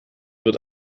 wird